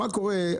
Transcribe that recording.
מה קורה,